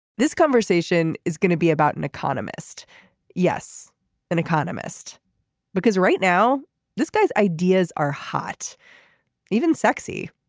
this conversation is going to be about an economist yes an economist because right now this guy's ideas are hot even sexy.